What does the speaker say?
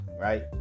right